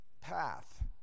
path